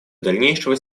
дальнейшего